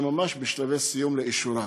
שממש בשלבי סיום לאישורה.